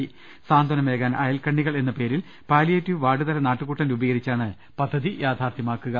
സാന്ത്വനമേകാൻ അയൽക്കണ്ണികൾ എന്ന പേരിൽ പാലിയേറ്റിവ് വാർഡുതല നാട്ടുകൂട്ടം രൂപിക്കിച്ചാണ് പദ്ധതി യാഥാർത്ഥ്യമാക്കുക